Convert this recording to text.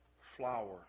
flower